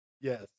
Yes